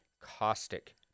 caustic